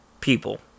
people